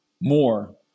more